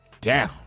down